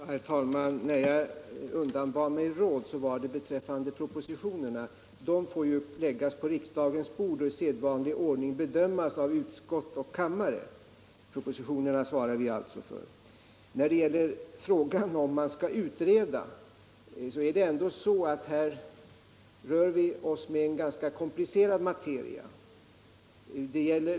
Herr talman! När jag undanbad mig råd gällde det propositionerna. De får ju läggas på riksdagens bord och i sedvanlig ordning bedömas av utskott och kammare. Propositionerna svarar alltså vi för. När det gäller frågan om det man skall utreda rör vi oss dock med en ganska komplicerad materia.